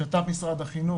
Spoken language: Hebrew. בשת"פ עם משרד החינוך,